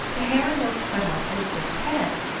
the hair i once cut off from sif's head,